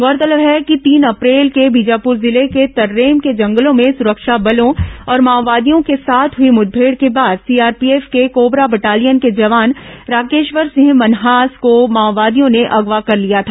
गौरतलब है कि र्तीन अप्रैल के बीजापुर जिले के तर्रेम के जंगलों में सुरक्षा बलों और माओवादियों के साथ हुई मुठभेड़ के बाद सीआरपीएफ की कोबरा बटालियन के जवान राकेश्वर सिंह मन्हास को माओवादियों ने अगवा कर लिया था